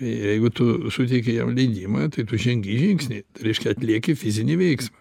jeigu tu suteiki jam leidimą tai tu žengi žingsnį reiškia atlieki fizinį veiksmą